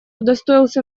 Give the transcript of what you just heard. удостоился